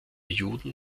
juden